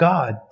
God